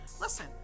listen